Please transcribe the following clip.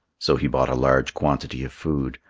so he bought a large quantity of food,